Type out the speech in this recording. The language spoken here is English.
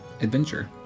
adventure